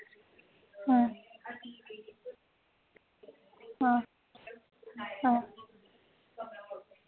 आं